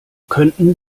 könnten